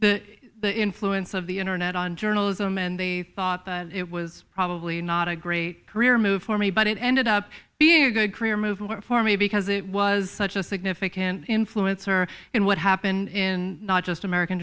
was the influence of the internet on journalism and they thought that it was probably not a great career move for me but it ended up being a good career move for me because it was such a significant influence or what happened in not just american